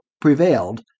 prevailed